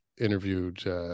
interviewed